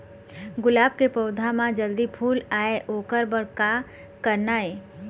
गुलाब के पौधा म जल्दी फूल आय ओकर बर का करना ये?